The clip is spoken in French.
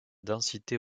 densité